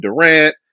Durant